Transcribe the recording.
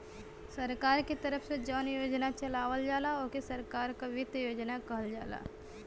सरकार के तरफ से जौन योजना चलावल जाला ओके सरकार क वित्त योजना कहल जाला